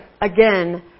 again